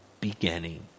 beginning